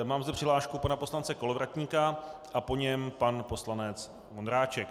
Mám zde přihlášku pana poslance Kolovratníka a po něm pan poslanec Vondráček.